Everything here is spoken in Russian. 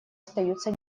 остаются